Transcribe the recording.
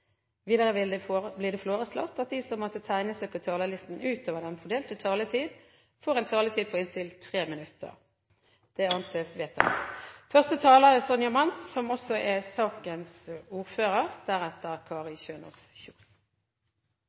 det foreslått at de som måtte tegne seg på talerlisten utover den fordelte taletid, får en taletid på inntil 3 minutter. – Det anses vedtatt.